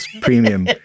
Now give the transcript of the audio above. premium